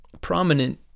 prominent